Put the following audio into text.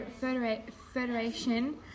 Federation